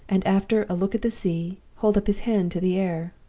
and, after a look at the sea, hold up his hand to the air.